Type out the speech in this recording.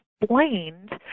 explained